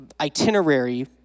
itinerary